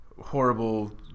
horrible